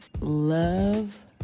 love